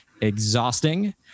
exhausting